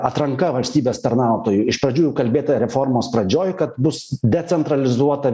atranka valstybės tarnautojų iš pradžių kalbėta reformos pradžioj kad bus decentralizuota